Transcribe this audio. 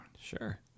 Sure